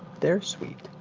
they're sweet.